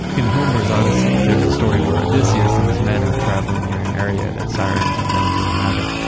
in homer's odyssey, there's a story where odysseus and his men are traveling near an area that sirens are known to inhabit.